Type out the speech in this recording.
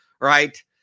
Right